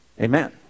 Amen